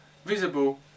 Visible